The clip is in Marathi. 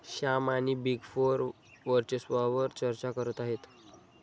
श्याम आणि बिग फोर वर्चस्वावार चर्चा करत आहेत